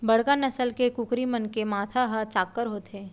बड़का नसल के कुकरी मन के माथा ह चाक्कर होथे